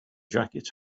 jacket